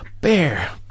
bear